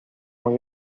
muy